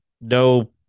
no